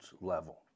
level